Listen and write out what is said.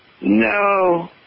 No